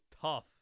tough